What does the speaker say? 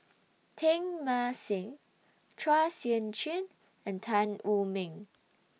Teng Mah Seng Chua Sian Chin and Tan Wu Meng